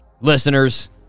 listeners